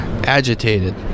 Agitated